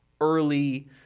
early